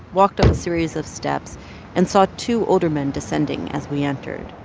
walked up a series of steps and saw two older men descending as we entered